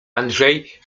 andrzej